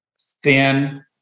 thin